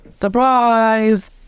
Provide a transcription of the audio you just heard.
Surprise